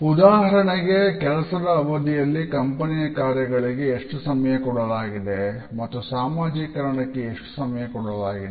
ಉದಾಹರಣೆಗೆ ಕೆಲಸದ ಅವಧಿಯಲ್ಲಿ ಕಂಪನಿಯ ಕಾರ್ಯಗಳಿಗೆ ಎಷ್ಟು ಸಮಯ ಕೊಡಲಾಗಿದೆ ಮತ್ತು ಸಾಮಾಜಿಕರಣಕ್ಕೆ ಎಷ್ಟು ಸಮಯ ಕೊಡಲಾಗಿದೆ